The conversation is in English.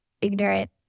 ignorant